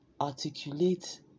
articulate